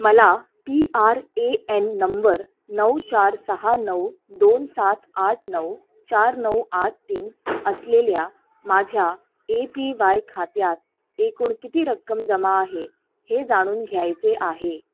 मला P R A N नंबर नऊ चार सहा नऊ दोन सात आठ नऊ चार नऊ आठ तीन असलेल्या माझ्या ए पी वाय खात्यात एकूण किती रक्कम जमा आहे हे जाणून घ्यायचे आहे